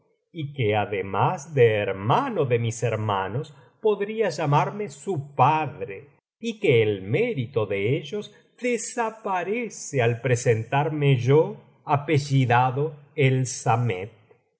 y que además de hermano de mis hermanos podría llamarme su padre y que el mérito de ellos desaparece al presentarme yo apellidado el samet y